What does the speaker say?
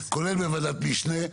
כולל בוועדת משנה.